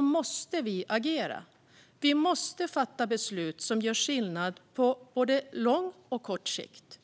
måste vi agera. Vi måste fatta beslut som gör skillnad på både lång och kort sikt.